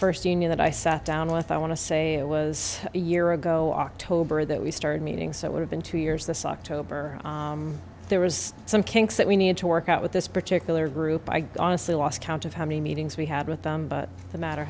knew that i sat down with i want to say it was a year ago october that we started meeting so it would have been two years this october there was some kinks that we needed to work out with this particular group i gonna say lost count of how many meetings we had with them but the matter